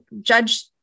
judge